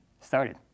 started